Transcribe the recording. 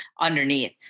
underneath